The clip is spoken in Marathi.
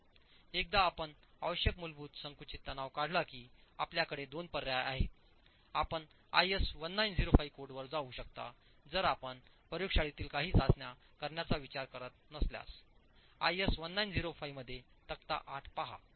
एकदा आपणआवश्यक मूलभूत संकुचित तणाव काढला की आपल्याकडे दोन पर्याय आहेत आपण आयएस 1905 कोडवर जाऊ शकता जर आपण प्रयोगशाळेतील काही चाचण्या करण्याचा विचार करत नसल्यास आयएस 1905 मध्ये तक्ता 8 पहा